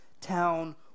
town